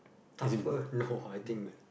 tougher no I think